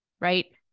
right